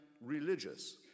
religious